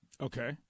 Okay